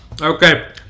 okay